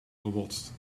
gebotst